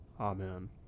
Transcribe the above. amen